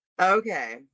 Okay